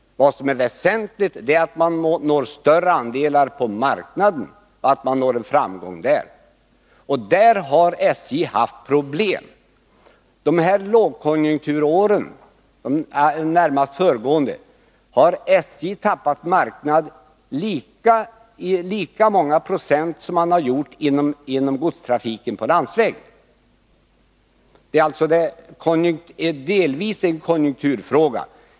Vad som är väsentligt är att man når större andelar på marknaden och att man når en framgång där. På den punkten har SJ haft problem. Under de närmast föregående lågkonjunkturåren har SJ procentuellt tappat lika mycket i fråga om marknader som man har gjort inom godstrafiken på landsväg. Det är alltså delvis en konjunkturfråga.